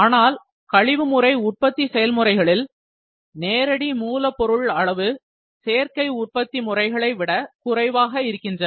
ஆனால் கழிவு முறை உற்பத்தி செயல்முறைகளில் நேரடி மூலப்பொருள் அளவு சேர்க்கை உற்பத்தி முறைகளை விட குறைவாக இருக்கின்றன